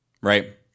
right